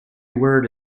word